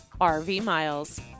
RVMILES